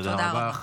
תודה רבה.